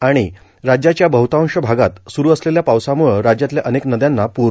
आणि राज्याच्या बहुतांश भागात सुरू असलेल्या पावसामुळं राज्यातल्या अनेक नद्यांना पूर